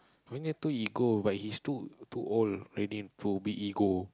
don't need too ego but he's too too old already for ego